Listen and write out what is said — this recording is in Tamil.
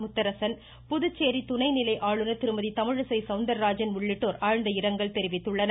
முத்தரசன் புதுச்சேரி துணை நிலை ஆளுநர் திருமதி தமிழிசை சௌந்தர்ராஜன் உள்ளிட்டோர் ஆழ்ந்த இரங்கல் தெரிவித்துள்ளனர்